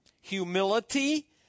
humility